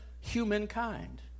humankind